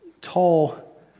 tall